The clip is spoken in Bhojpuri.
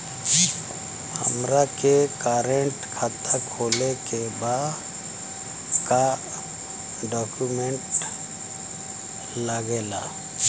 हमारा के करेंट खाता खोले के बा का डॉक्यूमेंट लागेला?